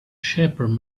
shepherd